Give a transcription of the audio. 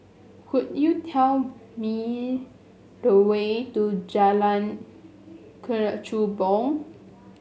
could you tell me the way to Jalan Kechubong